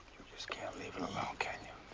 just can't leave it alone, can you?